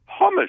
hummus